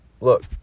look